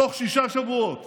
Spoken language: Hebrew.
בתוך שישה שבועות